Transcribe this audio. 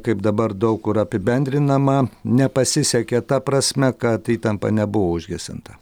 kaip dabar daug kur apibendrinama nepasisekė ta prasme kad įtampa nebuvo užgesinta